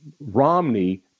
Romney